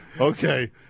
Okay